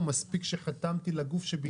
שזה מספיק שחתמתי לגוף שביקשתי ממנו הלוואה.